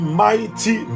mighty